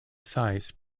size